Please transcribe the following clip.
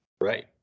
Right